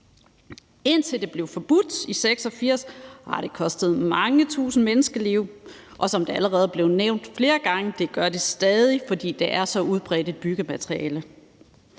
Indtil det blev forbudt i 1986, har det kostet mange tusind menneskeliv, og som det allerede er blevet nævnt flere gange, gør det det stadig, fordi det er så udbredt et byggemateriale.